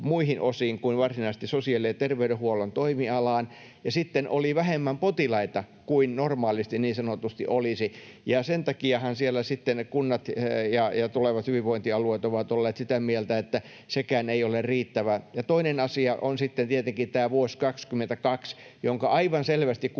muihin osiin kuin varsinaisesti sosiaali- ja terveydenhuollon toimialaan, ja sitten oli vähemmän potilaita kuin normaalisti niin sanotusti olisi, ja sen takiahan kunnat ja tulevat hyvinvointialueet ovat olleet sitä mieltä, että sekään ei ole riittävä. Ja toinen asia on sitten tietenkin tämä vuosi 22, jonka aivan selvästi kunnat